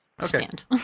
stand